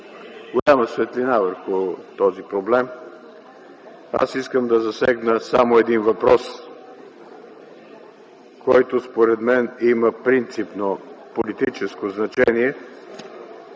голяма светлина върху този проблем. Аз искам да засегна само един въпрос, който според мен има принципно политическо значение –